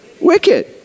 Wicked